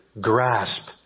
grasp